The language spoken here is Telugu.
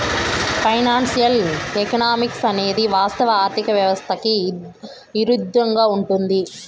ఫైనాన్సియల్ ఎకనామిక్స్ అనేది వాస్తవ ఆర్థిక వ్యవస్థకి ఇరుద్దంగా ఉంటది